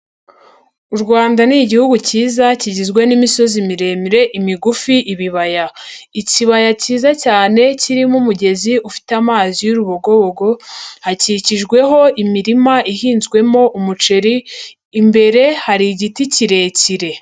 U Rwanda ni igihugu cyiza kigizwe n'imisozi miremire, imigufi, ibibaya. Ikibaya cyiza cyane kirimo umugezi ufite amazi y'urubogobogo, hakikijweho imirima ihinzwemo umuceri, imbere hari igiti kirekire.